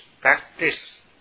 practice